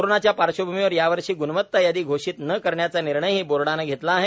कोरोनाच्या पार्श्वभूमीवर यावर्षी ग्णवत्ता यादी घोषित न करण्याचा निर्णयही बोर्डानं घेतला आहे